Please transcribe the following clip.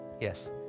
yes